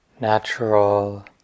natural